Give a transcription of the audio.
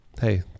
hey